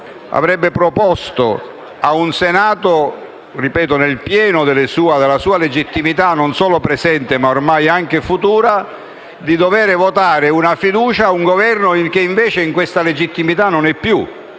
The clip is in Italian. avrebbe proposto a un Senato nel pieno della sua legittimità - non solo presente ma ormai anche futura - di dover votare una fiducia a un Governo che, invece, in questa legittimità non è più,